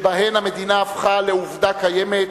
שבהם המדינה הפכה לעובדה קיימת,